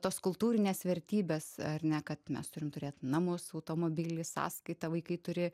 tos kultūrinės vertybės ar ne kad mes turim turėt namus automobilį sąskaitą vaikai turi